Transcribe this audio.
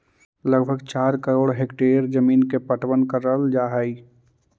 लगभग चार करोड़ हेक्टेयर जमींन के पटवन करल जा हई